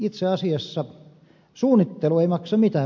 itse asiassa suunnittelu ei maksa mitään